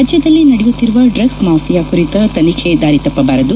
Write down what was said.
ರಾಜ್ಯದಲ್ಲಿ ನಡೆಯುತ್ತಿರುವ drugs mafia ಕುರಿತ ತನಿಖೆ ದಾರಿತಪ್ಪಬಾರದು